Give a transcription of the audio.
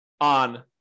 on